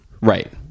Right